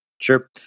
sure